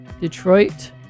Detroit